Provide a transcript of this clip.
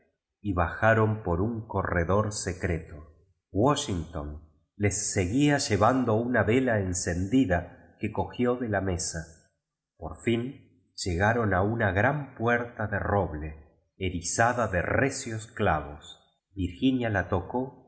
y baja ron por un corredor secreto washington les seguía llevando una vola encendida que cogió de la mesa por lili lle garon u una gran puerta de roble erizada de recios chivos virginia in tocó